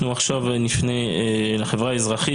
אנחנו עכשיו נפנה לחברה האזרחית.